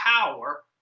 power